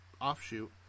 offshoot